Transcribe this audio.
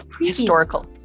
Historical